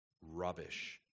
Rubbish